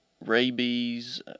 rabies